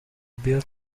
built